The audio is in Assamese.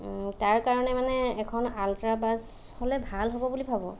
তাৰ কাৰণে মানে এখন আলট্ৰা বাছ হ'লে ভাল হ'ব বুলি ভাবোঁ